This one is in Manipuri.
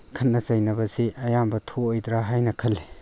ꯈꯠꯅ ꯆꯩꯅꯕꯁꯤ ꯑꯌꯥꯝꯕ ꯊꯣꯛꯑꯣꯏꯗ꯭ꯔꯥ ꯍꯥꯏꯅ ꯈꯜꯂꯤ